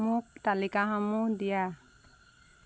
মোক তালিকাসমূহ দিয়া